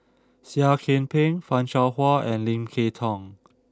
Seah Kian Peng Fan Shao Hua and Lim Kay Tong